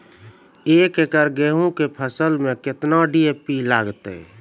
एक एकरऽ गेहूँ के फसल मे केतना डी.ए.पी लगतै?